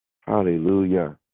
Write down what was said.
Hallelujah